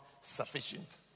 sufficient